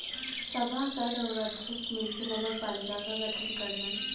सभासद आउर अध्यक्ष मिलके नगरपालिका क गठन करलन